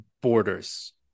borders